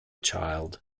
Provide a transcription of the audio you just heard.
child